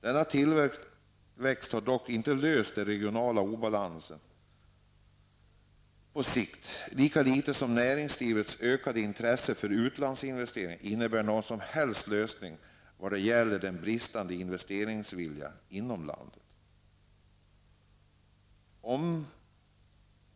Denna tillväxt kan dock inte lösa den regionala obalansen på sikt, lika litet som näringslivets ökade intresse för utlandsinvesteringar innebär någon som helst lösning vad gäller den bristande investeringsviljan inom landet.